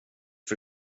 för